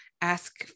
ask